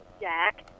Jack